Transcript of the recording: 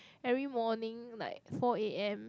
every morning like four A_M